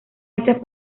hechas